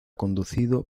conducido